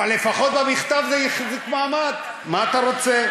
אבל לפחות במכתב זה החזיק מעמד, מה אתה רוצה?